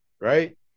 Right